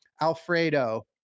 Alfredo